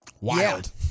Wild